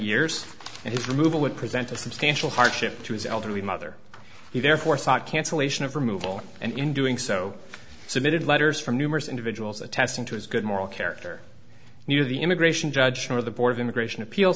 years and his removal would present a substantial hardship to his elderly mother he therefore sa cancellation of removal and in doing so submitted letters from numerous individuals attesting to his good moral character near the immigration judge where the board of immigration appeal